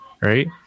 right